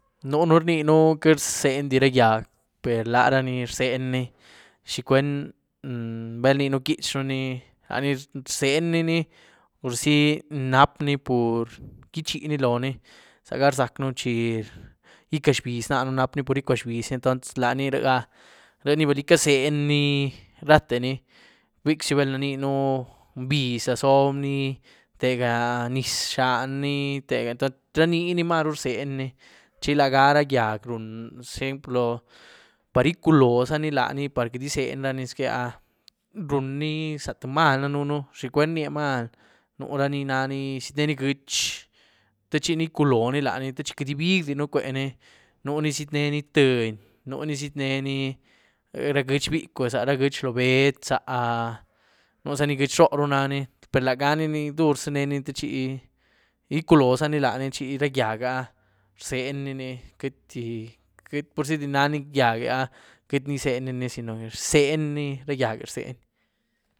Nunú rnínu queity rzenydi ra gyiag per larani rzenyni ¿xi cwuen? bal iniéënu quich'nuni, lani rzenynini purzi nap'ni pur gichiní loóhni zaga rzac'nu chi icazbiz náaën, nap'ni pur icazbiz ni, entons laní ríëá ríéni bili cazeny ni rate ni, tïé bicwzi balna inyéën mbiz laad zobni, tega nyis zhán ni, tega, entoncs raní ni maru rzeny ni, chi lagara gyiag run loóh iculoò zaní laní par queity gyízeny raní zqueá run ni zatíé maal danënu ¿xi cwuen rniá maal? Nurani nani, ztïéneni g'uex techini iculoò ni lani, techi queity gíbigdiën cuení, nuni ztïéneni tïé t'yeny, nuni ztïéneni ra g'uex bicwé, ra g'uex loóh beéd, zá nuzani g'uex ró ru nani, per lagani dur zaneni techi iculoò zaní laní, techi ra gyiag áh rzeny ni ní, queity-queity purzi di nani gyiagéh áh queity izenyni ni, zino rzeny ni ra gyiage rzeny.